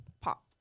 pop